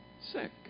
sick